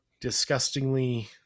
disgustingly